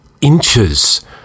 inches